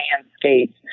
landscapes